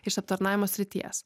iš aptarnavimo srities